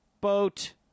boat